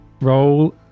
Roll